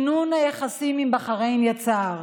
הליכוד בהנהגת ראש הממשלה בנימין נתניהו.